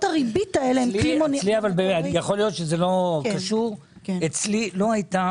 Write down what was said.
אצלי לא היתה